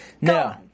No